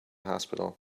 hospital